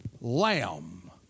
Lamb